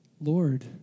Lord